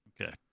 Okay